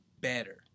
better